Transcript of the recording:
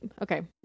Okay